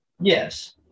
Yes